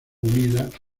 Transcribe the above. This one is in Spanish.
unidas